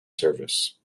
service